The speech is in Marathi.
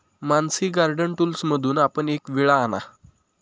मानसी गार्डन टूल्समधून आपण एक विळा आणा